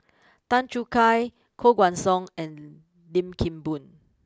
Tan Choo Kai Koh Guan Song and Lim Kim Boon